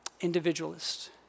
individualist